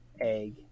egg